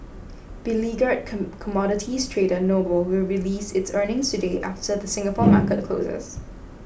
beleaguered come commodities trader noble will release its earnings today after the Singapore market closes